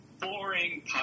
boring